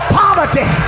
poverty